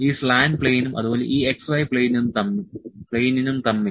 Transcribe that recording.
ഈ സ്ലാന്റ് പ്ലെയിനും അതുപോലെ ഈ x y പ്ലെയിനും തമ്മിൽ